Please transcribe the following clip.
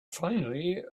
finally